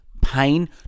pain